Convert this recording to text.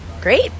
great